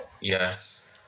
Yes